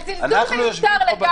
הזלזול מיותר לגמרי.